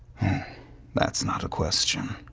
that's not a question.